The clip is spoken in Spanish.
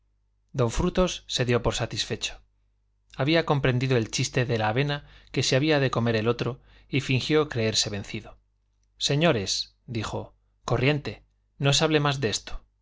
don frutos se dio por satisfecho había comprendido el chiste de la avena que se había de comer el otro y fingió creerse vencido señores dijo corriente no se hable más de esto